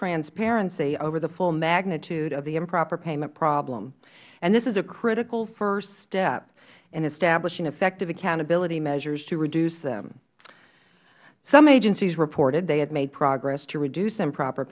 transparency over the full magnitude of the improper payment problem this is a critical first step in establishing effective accountability measures to reduce them some agencies reported they had made progress to reduce improper